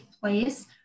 place